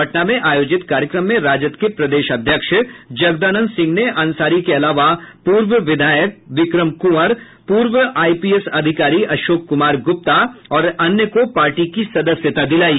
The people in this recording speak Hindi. पटना में आयोजित कार्यक्रम में राजद के प्रदेश अध्यक्ष जगदानंद सिंह ने अंसारी के अलावा पूर्व विधायक विक्रम कुंवर पूर्व आईपीएस अधिकारी अशोक कुमार गुप्ता और अन्य को पार्टी की सदस्यता दिलायी